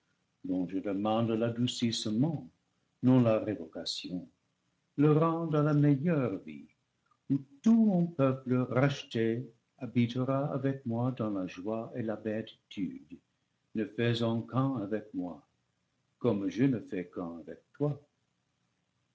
le rende à la meilleure vie où tout mon peuple racheté habitera avec moi dans la joie et la béatitude ne fai sant qu'un avec moi comme je ne fais qu'un avec loi